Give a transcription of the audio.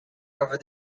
over